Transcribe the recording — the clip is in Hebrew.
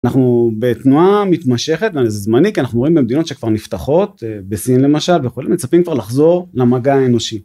אנחנו בתנועה מתמשכת וזה זמני כי אנחנו רואים במדינות שכבר נפתחות בסין למשל ויכולים מצפים כבר לחזור למגע האנושי.